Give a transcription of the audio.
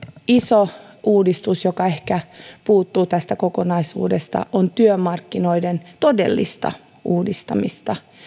iso uudistus joka ehkä puuttuu tästä kokonaisuudesta on työmarkkinoiden todellinen uudistaminen